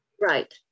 Right